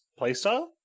playstyle